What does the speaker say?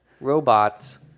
robots